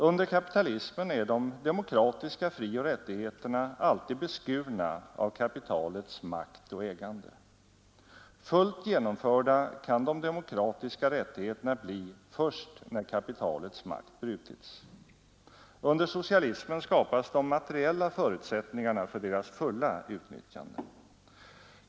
Under kapitalismen är de demokratiska frioch rättigheterna alltid beskurna av kapitalets makt och ägande. Fullt genomförda kan de demokratiska rättigheterna bli först när kapitalets makt brutits. Under socialismen skapas de materiella förutsättningarna för deras fulla utnyttjande.